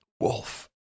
Wolf